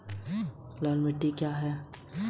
ऋण आवेदन पर क्या जानकारी है?